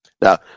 now